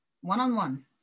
one-on-one